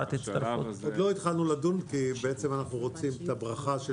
עוד לא התחלנו לדון כי אנחנו רוצים את הברכה של